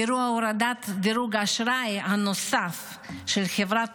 אירוע הורדת דירוג האשראי הנוסף של חברת